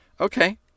Okay